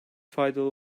faydalı